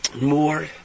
more